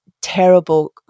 terrible